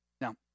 Now